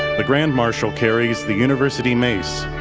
the grand marshal carries the university mace,